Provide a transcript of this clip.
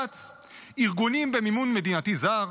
ארגונים במימון מדינתי זר,